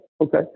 Okay